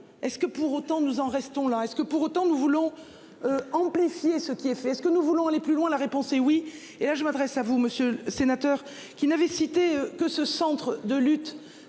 est-ce que pour autant nous en restons là est-ce que pour autant nous voulons. Amplifier ce qui est fait, ce que nous voulons aller plus loin. La réponse est oui et là je m'adresse à vous monsieur le sénateur, qui n'avait cité que ce centre de lutte